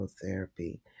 therapy